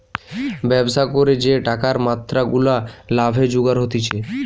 ব্যবসা করে যে টাকার মাত্রা গুলা লাভে জুগার হতিছে